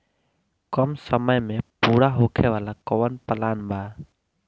कम समय में पूरा होखे वाला कवन प्लान बा?